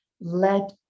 let